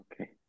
Okay